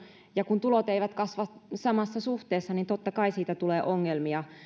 ja kun tulot eivät kasva samassa suhteessa niin totta kai siitä tulee ongelmia